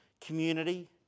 Community